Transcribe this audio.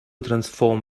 transform